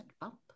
bump